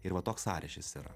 ir va toks sąryšis yra